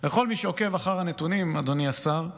לכל מי שעוקב אחר הנתונים, אדוני השר,